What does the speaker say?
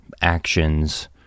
actions